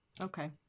Okay